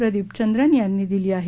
प्रदीपचंद्रन यांनी दिली आहे